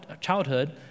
childhood